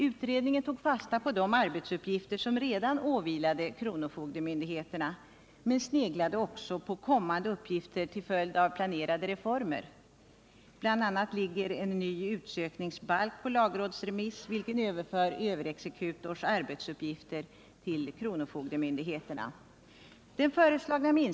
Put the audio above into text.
Utredningen tog fasta på de arbetsuppgifter som redan åvilade kronofogdemyndigheterna men sneglade också på kommande uppgifter till följd av planerade reformer — bl.a. ligger en ny utsökningsbalk på lagrådsremiss, vilken överför överexekutors arbetsuppgifter till kronofogdemyndigheterna.